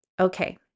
Okay